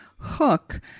Hook